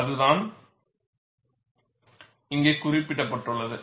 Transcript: அது தான் இங்கே குறிக்கப்பட்டுள்ளது